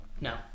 No